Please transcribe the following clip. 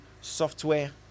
software